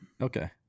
Okay